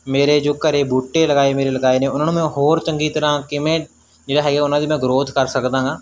ਮੇਰੇ ਜੋ ਘਰ ਬੂਟੇ ਲਗਾਏ ਮੇਰੇ ਲਗਾਏ ਨੇ ਉਹਨਾਂ ਨੂੰ ਮੈਂ ਹੋਰ ਚੰਗੀ ਤਰ੍ਹਾਂ ਕਿਵੇਂ ਜਿਹੜੇ ਹੈਗੇ ਉਹਨਾਂ ਦੀ ਮੈਂ ਗਰੋਥ ਕਰ ਸਕਦਾ ਹਾਂ